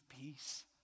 peace